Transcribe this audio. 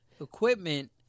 equipment